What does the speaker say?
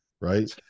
right